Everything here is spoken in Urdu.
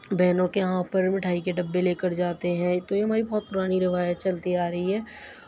بہنوں کے یہاں پر مٹھائی کے ڈبے لے کر جاتے ہیں تو یہ ہماری بہت پُرانی روایت چلتی آ رہی ہے آں